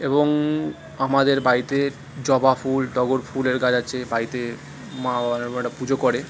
এবং আমাদের বাড়িতে জবা ফুল টগর ফুলের গাছ আছে বাড়িতে মা বাবারা পুজো করে